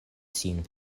sin